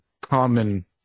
common